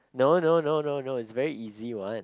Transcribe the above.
no no no no no is very easy one